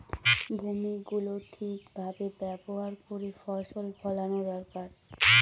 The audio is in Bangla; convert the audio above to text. ভূমি গুলো ঠিক ভাবে ব্যবহার করে ফসল ফোলানো দরকার